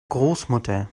großmutter